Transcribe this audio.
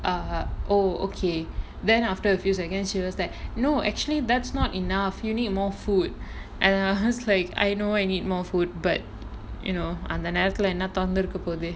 uh oh okay then after a few seconds she was that no actually that's not enough you need more food and I was like I know I need more food but you know on the அந்த நேரத்துல என்ன துறந்திருக்க போது:antha nerathula enna thuranthirukka pothu